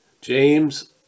James